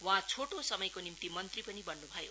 वहाँ छोटो समयको निम्ति मंत्री पनि बन्नु भयो